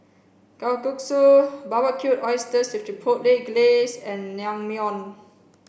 kalguksu Barbecued Oysters with Chipotle Glaze and